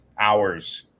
hours